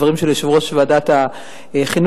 לדברים של יושב-ראש ועדת החינוך,